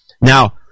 Now